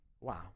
Wow